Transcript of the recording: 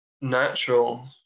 natural